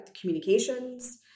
communications